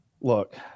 Look